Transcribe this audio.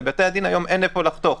לבתי-הדין אין היום איפה לחתוך.